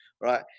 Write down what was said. right